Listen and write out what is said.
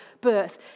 birth